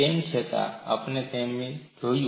તેમ છતાં આપણે તેમને જોશું